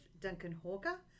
Duncan-Hawker